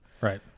Right